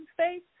space